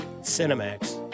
Cinemax